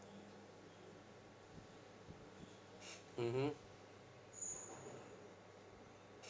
mmhmm